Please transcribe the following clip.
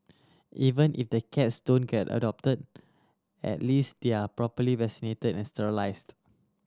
even if the cats don't get adopted at least they are properly vaccinated and sterilised